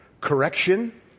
correction